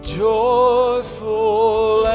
joyful